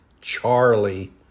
Charlie